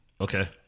Okay